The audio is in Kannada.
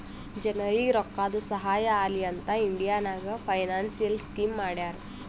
ಜನರಿಗ್ ರೋಕ್ಕಾದು ಸಹಾಯ ಆಲಿ ಅಂತ್ ಇಂಡಿಯಾ ನಾಗ್ ಫೈನಾನ್ಸಿಯಲ್ ಸ್ಕೀಮ್ ಮಾಡ್ಯಾರ